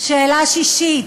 שאלה שישית: